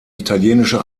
italienische